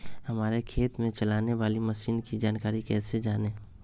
हमारे खेत में चलाने वाली मशीन की जानकारी कैसे जाने?